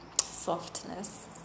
Softness